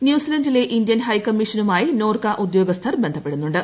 ന്യൂസിലൻഡിലെ Indian ഹൈക്കമ്മീഷനുമായി നോർക്ക ഉദ്യോഗസ്ഥർ ബന്ധപ്പെടുന്നുണ്ട്